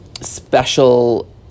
special